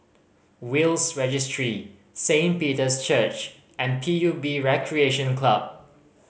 Will's Registry Saint Peter's Church and P U B Recreation Club